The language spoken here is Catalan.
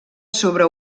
sobre